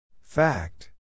Fact